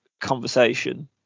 conversation